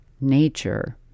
nature